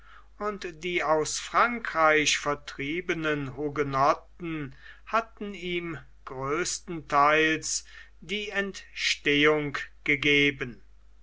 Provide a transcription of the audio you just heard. und die aus frankreich vertriebenen hugenotten hatten ihm größtenteils die entstehung gegeben